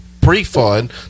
pre-fund